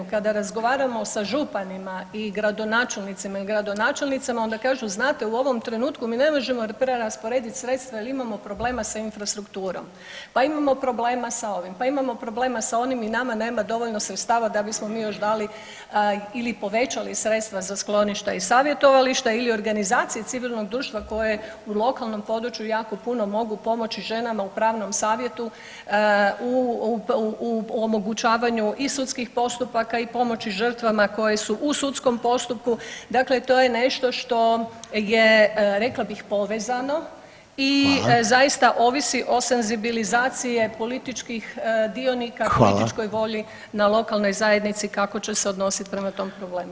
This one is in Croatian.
Kada razgovaramo sa županima i gradonačelnicima i gradonačelnicama onda kažu znate u ovom trenutku mi ne možemo prerasporedit sredstva jel imamo problema sa infrastrukturom, pa imamo problema sa ovim, pa imamo problema sa onim i nama nema dovoljno sredstava da bismo mi još dali ili povećali sredstva za skloništa i savjetovališta ili organizacije civilnog društva koje u lokalnom području jako puno mogu pomoći ženama upravnom savjetu u omogućavanju i sudskih postupaka i pomoći žrtvama koje su u sudskom postupku, dakle to je nešto što je rekla bih povezano i zaista ovisi o senzibilizaciji političkih dionika [[Upadica: Hvala]] o političkoj volji na lokalnoj zajednici kako će se odnosit prema tom problemu.